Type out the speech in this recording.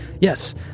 yes